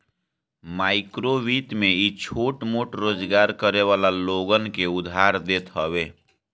माइक्रोवित्त में इ छोट मोट रोजगार करे वाला लोगन के उधार देत हवे